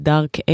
Dark